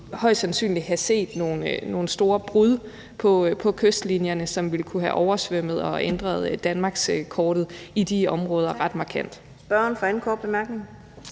højst sandsynligt have set nogle store brud på kystlinjerne, som ville kunne have oversvømmet og ændret danmarkskortet i de områder ret markant.